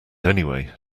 anyway